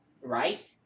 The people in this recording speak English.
right